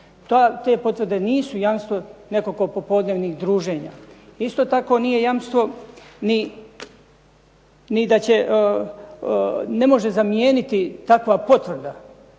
Te potvrde nisu jamstvo nekoliko popodnevnih druženja. Isto tako nije jamstvo ni da će, ne može zamijeniti takva potvrda